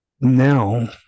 Now